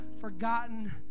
forgotten